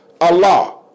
Allah